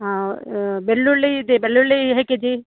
ಹಾಂ ಬೆಳ್ಳುಳ್ಳಿ ಇದೆ ಬೆಳ್ಳುಳ್ಳಿ ಹೇಗೆ ಕೆ ಜಿ